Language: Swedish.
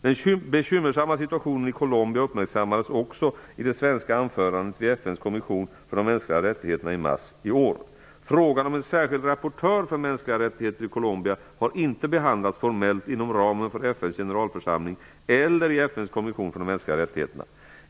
Den bekymmersamma situationen i Colombia uppmärksammades också i det svenska anförandet vid FN:s kommission för de mänskliga rättigheterna i mars i år. Frågan om en särskild rapportör för mänskliga rättigheter i Colombia har inte behandlats formellt inom ramen för FN:s generalförsamling eller i FN:s kommission för de mänskliga rättigheterna.